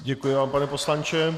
Děkuji vám, pane poslanče.